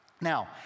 Now